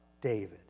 david